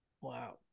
Wow